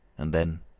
and then,